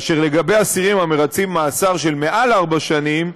ולגבי אסירים המרצים מאסר מעל ארבע שנים,